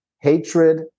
Hatred